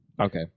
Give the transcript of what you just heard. Okay